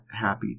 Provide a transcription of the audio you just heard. happy